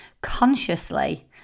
consciously